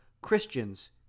Christians